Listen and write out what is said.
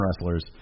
wrestlers